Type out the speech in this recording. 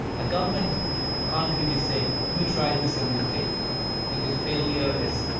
a government can't really say we tried this and we failed because failure is,